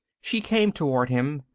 she came toward him.